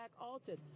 altered